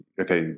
okay